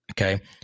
okay